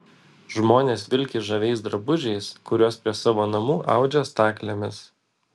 žmonės vilki žaviais drabužiais kuriuos prie savo namų audžia staklėmis